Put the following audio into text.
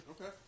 Okay